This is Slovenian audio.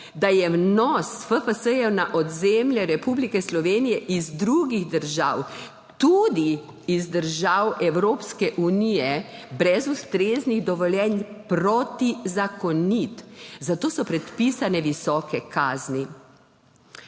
da je vnos FFS na ozemlje Republike Slovenije iz drugih držav, tudi iz držav Evropske unije, brez ustreznih dovoljenj protizakonit, zato so predpisane visoke kazni.